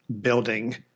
building